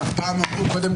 בוקר טוב.